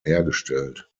hergestellt